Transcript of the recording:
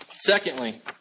Secondly